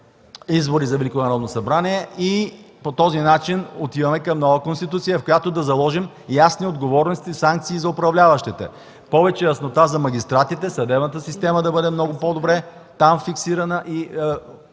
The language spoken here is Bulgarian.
избори за Велико Народно събрание и по този начин отиваме към нова Конституция, в която да заложим ясни отговорности и санкции за управляващите, повече яснота за магистратите, съдебната система да бъде много по-добре (там да